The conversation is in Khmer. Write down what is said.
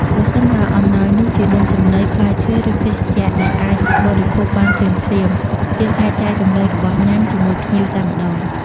ប្រសិនបើអំណោយនោះជានំចំណី ផ្លែឈើ ឬភេសជ្ជៈដែលអាចបរិភោគបានភ្លាមៗ យើងអាចចែករំលែករបស់ញ៉ាំជាមួយភ្ញៀវតែម្តង។